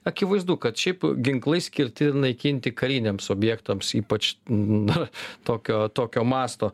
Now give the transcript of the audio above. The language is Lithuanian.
akivaizdu kad šiaip ginklai skirti naikinti kariniams objektams ypač na tokio tokio masto